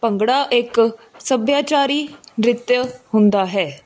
ਭੰਗੜਾ ਇੱਕ ਸੱਭਿਆਚਾਰੀ ਨ੍ਰਿਤ ਹੁੰਦਾ ਹੈ